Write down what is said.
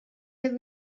der